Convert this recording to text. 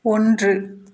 ஒன்று